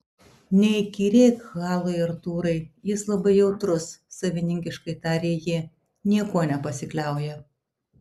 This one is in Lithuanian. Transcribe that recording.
neįkyrėk halui artūrai jis labai jautrus savininkiškai tarė ji niekuo nepasikliauja